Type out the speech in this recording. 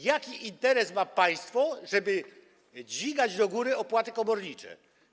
Jaki interes ma państwo, żeby dźwigać do góry opłaty komornicze?